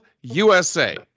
USA